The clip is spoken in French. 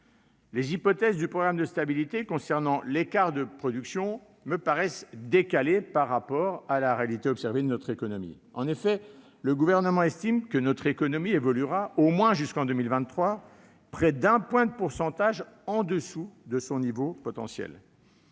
Les hypothèses du programme de stabilité concernant l'écart de production me paraissent décalées par rapport à la réalité de notre économie. En effet, le Gouvernement estime que notre économie évoluera, au moins jusqu'en 2023, de près d'un point de pourcentage en dessous de son niveau potentiel.